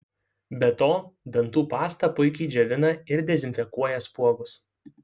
be to dantų pasta puikiai džiovina ir dezinfekuoja spuogus